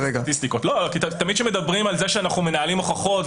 תמיד כמדברים על זה שאנחנו מנהלים הוכחות,